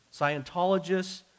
Scientologists